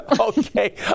okay